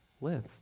live